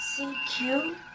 CQ